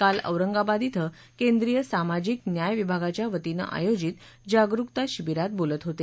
काल औरंगाबाद इथं केंद्रीय सामाजिक न्याय विभागाच्या वतीनं आयोजित जागरूकता शिबिरात बोलत होते